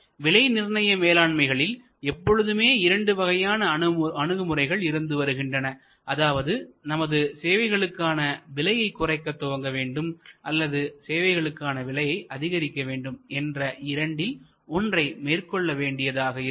விலை நிர்ணய மேலாண்மைகளில் எப்பொழுதுமே இரண்டு வகையான அணுகுமுறைகள் இருந்து வருகின்றன அதாவது நமது சேவைகளுக்கான விலையை குறைக்கத் துவங்க வேண்டும் அல்லது சேவைகளுக்கான விலையை அதிகரிக்க வேண்டும் என்ற இரண்டில் ஒன்றை மேற்கொள்ள வேண்டியதாக இருக்கும்